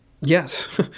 yes